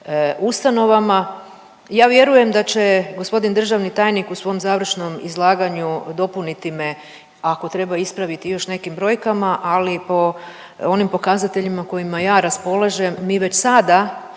ustanovama. Ja vjerujem da će gospodin državni tajnik u svom završnom izlaganju dopuniti me, ako treba i ispraviti još nekim brojkama, ali po onim pokazateljima kojima ja raspolažem mi već sada